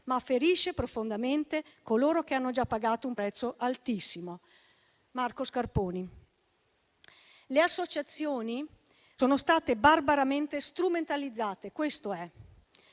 ma ferisce profondamente coloro che hanno già pagato un prezzo altissimo. Marco Scarponi». Le associazioni sono state barbaramente strumentalizzate. Questo è.